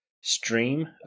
stream